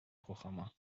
programma